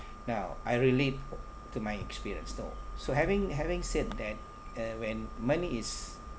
now I relate to my experience so so having having said that uh when money is